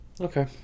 Okay